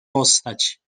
postać